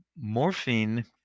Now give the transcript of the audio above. morphine